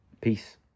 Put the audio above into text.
Peace